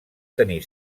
tenir